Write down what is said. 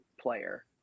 player